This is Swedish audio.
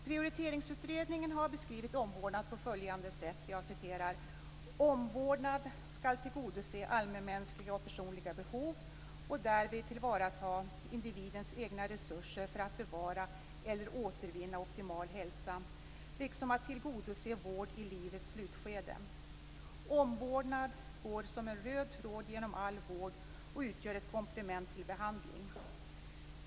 Prioriteringsutredningen har beskrivit omvårdnad på följande sätt: "Omvårdnad skall tillgodose allmänmänskliga och personliga behov och därvid tillvarata individens egna resurser för att bevara eller återvinna optimal hälsa, liksom att tillgodose vård i livets slutskede. Omvårdnad går som en röd tråd genom all vård och utgör ett komplement till behandling.